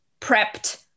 prepped